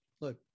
Look